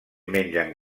mengen